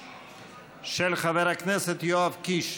של חבר הכנסת יואב קיש.